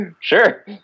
sure